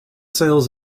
sales